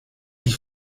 die